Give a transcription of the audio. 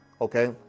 okay